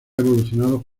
evolucionado